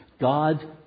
God